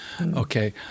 Okay